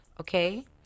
okay